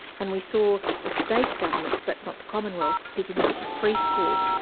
and we saw the state governments but not the commonwealth, picking up pre-school.